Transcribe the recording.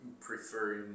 prefer